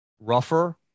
rougher